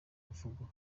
imvugo